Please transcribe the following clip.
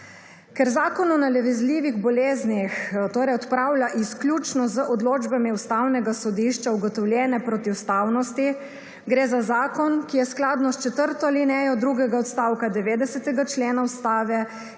Ker Zakon o nalezljivih boleznih odpravlja izključno z odločbami Ustavnega sodišča ugotovljene protiustavnosti, gre za zakon, ki je skladno s četrto alinejo drugega odstavka 90. člena Ustave